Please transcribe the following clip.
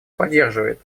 поддерживает